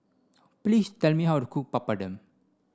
please tell me how to cook Papadum